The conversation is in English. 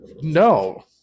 No